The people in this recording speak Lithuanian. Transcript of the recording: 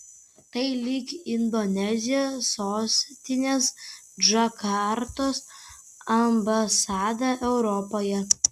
tai lyg indonezijos sostinės džakartos ambasada europoje